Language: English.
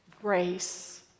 grace